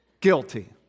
Guilty